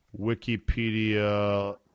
Wikipedia